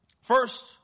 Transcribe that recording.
First